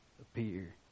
appear